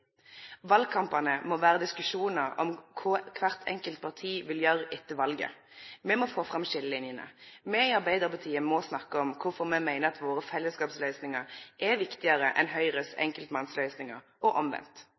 Valkampane må vere diskusjonar om kva kvart enkelt parti vil gjere etter valet. Me må få fram skiljelinene. Me i Arbeidarpartiet må snakke om kvifor me meiner at våre fellesskapsløysingar er viktigare enn Høgres enkeltmannsløysingar, og